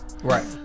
Right